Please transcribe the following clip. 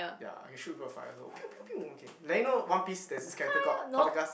ya I can shoot people with fire also !pew pew pew! okay like you know one piece there's this character called